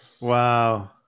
Wow